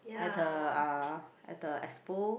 at the uh at the Expo